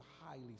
highly